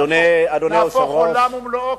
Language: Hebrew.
נהפוך עולם ומלואו,